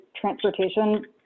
transportation